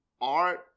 art